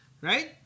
Right